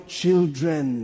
children